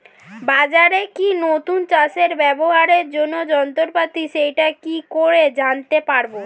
বাজারে কি নতুন চাষে ব্যবহারের জন্য যন্ত্রপাতি সেটা কি করে জানতে পারব?